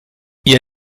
ihr